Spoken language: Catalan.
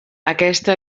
aquesta